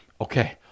okay